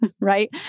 right